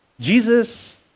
Jesus